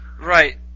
Right